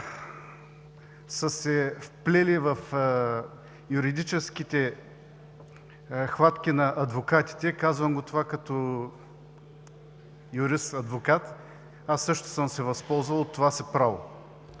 са се вплели в юридическите хватки на адвокатите. Казвам това като юрист-адвокат. Аз също съм се възползвал от това си право.